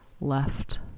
left